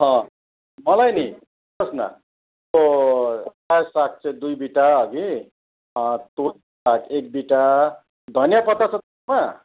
मलाई नि सुन्नुहोस् न त्यो रायोको साग चाहिँ दुई बिट्टा हगि तोरीको साग एक बिटा धनियाँ पत्ता छ तपाईँकोमा